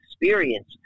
experience